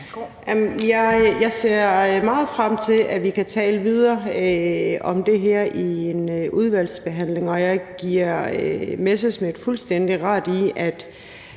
Jeg ser meget frem til, at vi kan tale videre om det her i en udvalgsbehandling, og jeg giver Morten Messerschmidt fuldstændig ret i,